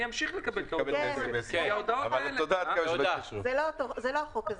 אני אמשיך לקבל את ההודעות כי --- זה לא החוק הזה.